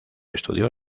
estudió